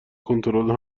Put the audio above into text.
کنترل